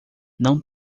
não